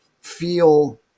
feel